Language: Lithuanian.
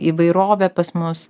įvairovė pas mus